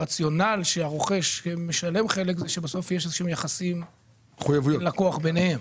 הרציונל שהרוכש משלם חלק זה כדי שבסוף יהיו יחסי לקוח ביניהם.